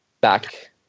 back